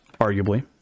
arguably